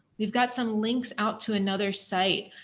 we've got some links out to another site.